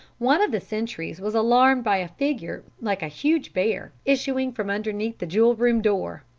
one of the sentries was alarmed by a figure like a huge bear issuing from underneath the jewel room door.